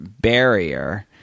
barrier